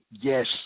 Yes